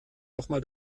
nochmal